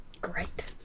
great